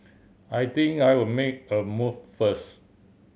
I think I'll make a move first